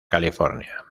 california